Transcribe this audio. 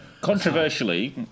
Controversially